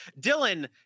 Dylan